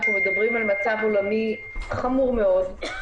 אנחנו מדברים על מצב עולמי חמור מאוד,